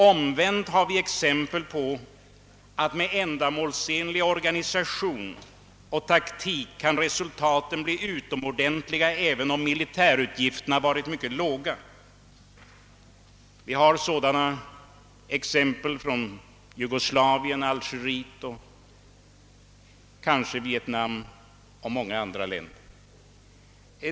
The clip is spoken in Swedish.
Omvänt har vi sett prov på att ändamålsenlig organisation och taktik kan ge utomordentliga resultat även om militärutgifterna varit mycket låga. Exempel härpå har vi från Jugoslavien, Algeriet, kanske Vietnam och många andra länder.